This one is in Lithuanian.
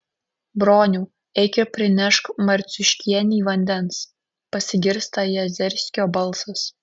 broniau eik ir prinešk marciuškienei vandens pasigirsta jazerskio balsas